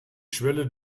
schwelle